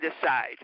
decide